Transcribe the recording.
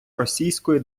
російської